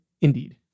Indeed